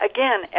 Again